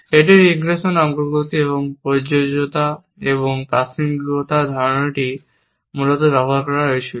এই রিগ্রেশন অগ্রগতি এবং প্রযোজ্যতা এবং প্রাসঙ্গিকতার ধারণাটি মূলত ব্যবহার করা হয়েছিল